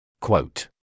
Quote